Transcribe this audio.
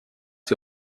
sie